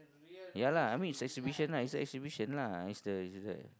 ya lah I mean it's exhibition lah it's a exhibition lah it's the it's the